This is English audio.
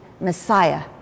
Messiah